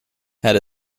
had